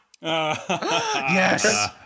Yes